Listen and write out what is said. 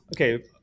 okay